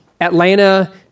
Atlanta